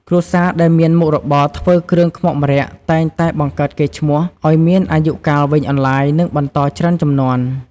គ្រួសារដែលមានមុខរបរធ្វើគ្រឿងខ្មុកម្រ័ក្សណ៍តែងតែបង្កើតកេរ្តិ៍ឈ្មោះឱ្យមានអាយុកាលវែងអន្លាយ និងបន្តច្រើនជំនាន់។